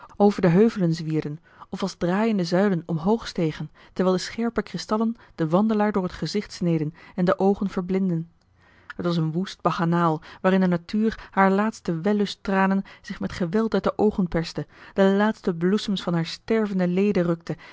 over de heuvelen zwierden of als draaiende zuilen omhoog stegen terwijl de scherpe kristallen den wandelaar door het gezicht sneden en de oogen verb lindden het was een woest bachanaal waarin de natuur haar laatste wellusttranen zich met geweld uit de oogen perste de laatste bloesems van haar stervende leden rukte